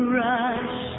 rush